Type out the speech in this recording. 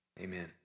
Amen